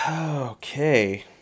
Okay